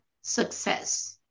success